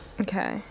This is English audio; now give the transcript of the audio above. Okay